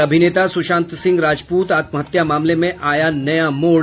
और अभिनेता सुशांत सिंह राजपूत आत्महत्या मामले में आया नया मोड़